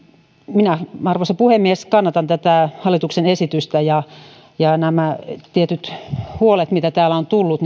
arvoisa puhemies minä kannatan tätä hallituksen esitystä toivon että nämä tietyt huolet mitä täällä on tullut